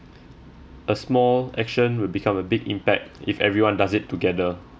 a small action will become a big impact if everyone does it together